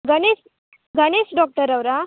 Ganesh Ganesh ಡಾಕ್ಟರವ್ರ